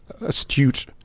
astute